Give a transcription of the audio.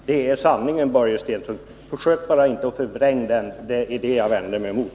Det är sanningen, Börje Stensson. Försök inte att förvränga den — det är det som jag vänder mig emot.